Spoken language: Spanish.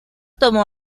tomó